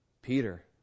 Peter